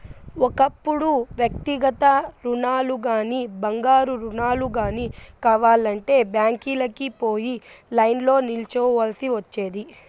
ఒకప్పుడు వ్యక్తిగత రుణాలుగానీ, బంగారు రుణాలు గానీ కావాలంటే బ్యాంకీలకి పోయి లైన్లో నిల్చోవల్సి ఒచ్చేది